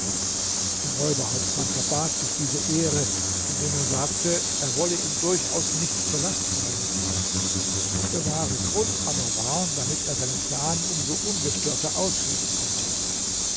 der räuberhauptmann verbat sich diese ehre indem er sagte er wolle ihm durchaus nicht zur last fallen der wahre grund aber war damit er seinen plan um so ungestörter ausführen könnte